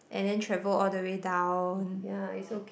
and then travel all the way down